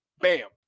Bam